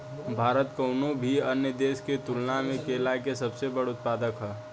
भारत कउनों भी अन्य देश के तुलना में केला के सबसे बड़ उत्पादक ह